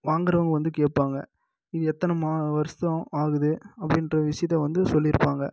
வாங்கறவங்க வந்து கேட்பாங்க இது எத்தனை மா வர்ஷம் ஆகுது அப்படின்ற விஷயத்தை வந்து சொல்லியிருப்பாங்க